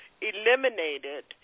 eliminated